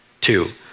Two